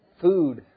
food